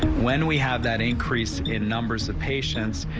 when we have that increase in numbers, of patients,